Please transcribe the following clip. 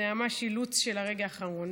זה ממש אילוץ של הרגע האחרון.